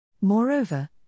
Moreover